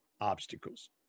obstacles